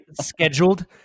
scheduled